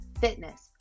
fitness